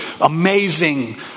amazing